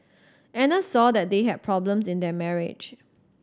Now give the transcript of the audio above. Anna saw that they had problems in their marriage